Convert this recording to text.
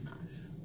Nice